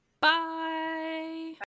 Bye